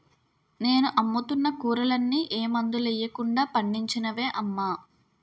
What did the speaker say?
నేను అమ్ముతున్న కూరలన్నీ ఏ మందులెయ్యకుండా పండించినవే అమ్మా